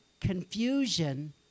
confusion